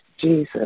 Jesus